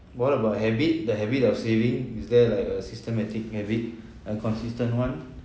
what about habit the habit of saving is there like a systematic habit a consistent one